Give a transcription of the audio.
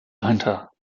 dahinter